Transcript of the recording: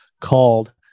called